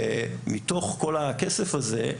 מתוך כל הכסף הזה,